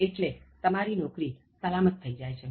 એટલે તમારી નોકરી સલામત થઇ જાય છે